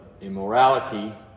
immorality